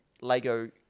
Lego